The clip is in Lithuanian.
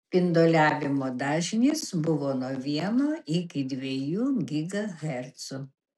spinduliavimo dažnis buvo nuo vieno iki dviejų gigahercų